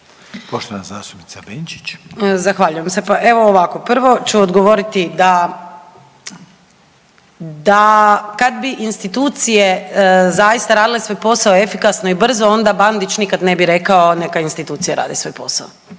Sandra (Možemo!)** Zahvaljujem se. Pa evo ovako, prvo ću odgovoriti da, da kad bi institucije zaista radile svoj posao efikasno i brzo onda Bandić nikad ne bi rekao „neka institucije rade svoj posao“.